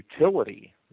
utility